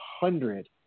hundred